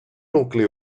nucli